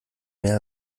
mehr